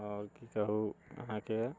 आओर की कहु अहाँके